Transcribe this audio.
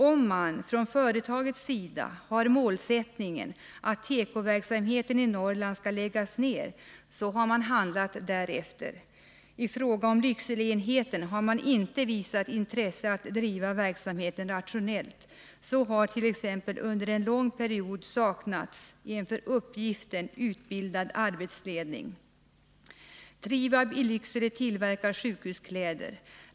Om företaget har målsättningen att tekoverksamheten i Norrland skall läggas ner, så har man handlat därefter. I fråga om Lyckseleenheten har man inte visat intresse att driva verksamheten rationellt. Så har t.ex. under en lång period saknats en för uppgiften utbildad arbetsledning. Trivab i Lycksele tillverkar sjukhuskläder.